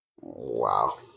Wow